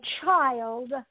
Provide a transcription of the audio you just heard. child